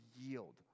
yield